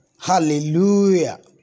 Hallelujah